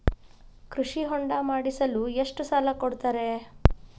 ಕೃಷಿ ಹೊಂಡ ಮಾಡಿಸಲು ಎಷ್ಟು ಸಾಲ ಕೊಡ್ತಾರೆ?